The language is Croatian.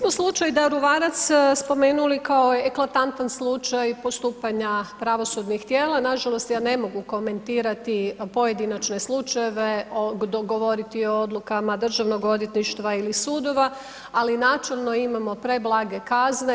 Mi smo slučaj Daruvarac spomenuli kao eklatantan slučaj postupanja pravosudnih tijela, nažalost ja ne mogu komentirati pojedinačne slučajeve, govoriti o odlukama Državnog odvjetništva ili sudova, ali načelno imamo preblage kazne.